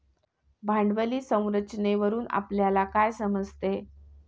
भांडवली संरचनेवरून आपल्याला काय समजते?